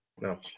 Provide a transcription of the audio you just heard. No